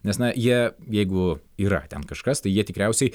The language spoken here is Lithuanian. nes na jie jeigu yra ten kažkas tai jie tikriausiai